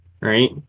right